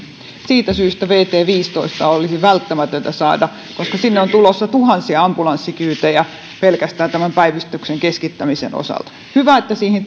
siitä syystä vt viisitoista olisi välttämätöntä saada koska sinne on tulossa tuhansia ambulanssikyytejä pelkästään päivystyksen keskittämisen osalta hyvä että siihen